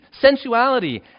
sensuality